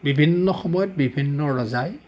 বিভিন্ন সময়ত বিভিন্ন ৰজাই